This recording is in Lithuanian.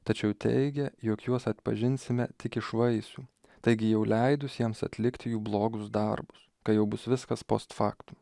tačiau teigia jog juos atpažinsime tik iš vaisių taigi jau leidus jiems atlikti jų blogus darbus kai jau bus viskas post faktum